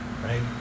Right